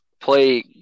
play